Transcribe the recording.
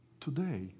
Today